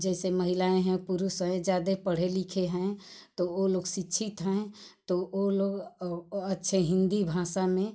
जैसे महिलाएँ हैं पुरुष हैं ज्यादे पढे लिखे हैं तो ओ लोग शिक्षित हैं तो वो अच्छे हिन्दी भाषा में